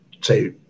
say